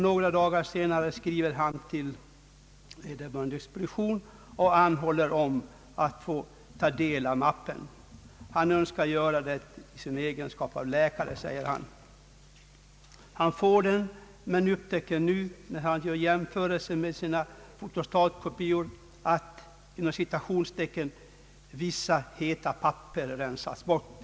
Några dagar senare skrev han till överläkarexpeditionen och anhöll om att få ta del av mappen. Han önskade göra det i sin egenskap av läkare. Han fick den men upptäckte nu när han gjorde jämförelser med sina fotostatkopior att vissa »heta papper» rensats bort.